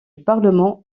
parlement